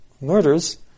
murders